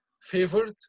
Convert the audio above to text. favored